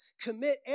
Commit